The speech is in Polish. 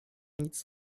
nic